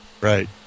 Right